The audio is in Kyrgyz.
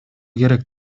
керек